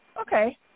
okay